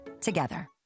together